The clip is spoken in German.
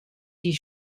die